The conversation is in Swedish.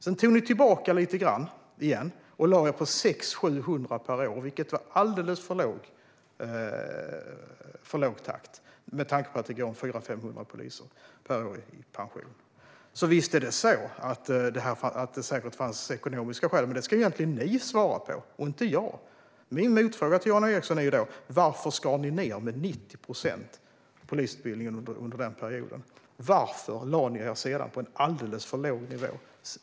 Sedan tog ni tillbaka lite grann igen och lade er på 600-700 per år. Det var en alldeles för låg takt med tanke på att 400-500 poliser per år går i pension. Visst är det så att det säkert fanns ekonomiska skäl. Men det ska egentligen ni svara på och inte jag. Mina motfrågor till Jan Ericson är: Varför skar ni ned polisutbildningen med 90 procent under den perioden? Varför lade ni er sedan på en alldeles för låg nivå?